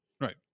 right